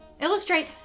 Illustrate